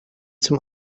zum